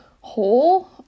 hole